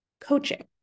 Coaching